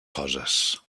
coses